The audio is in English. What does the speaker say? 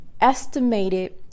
estimated